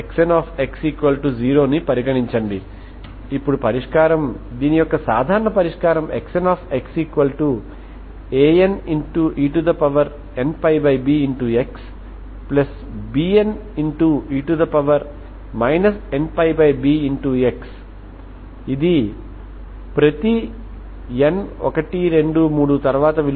కాబట్టి వీటితో కలిపి ఈ వేరియబుల్స్ని వేరు చేయడం ద్వారా మీరు దీన్ని పరిష్కరించవచ్చు ఎందుకంటే స్పెషియల్ డొమైన్ పరిమితమైనది కాబట్టి మీరు ఈ హీట్ ఈక్వేషన్ ను ఎలా పరిష్కరించగలరు కాబట్టి తదుపరి వీడియోలో మనము ప్రయత్నిస్తాము ఇప్పటివరకు మనము ఇన్ఫైనైట్ డొమైన్లు మరియు ఫైనైట్ డొమైన్లలో ఉండే వేవ్ మరియు హీట్ సమీకరణాలతో వ్యవహరించాము సరేనా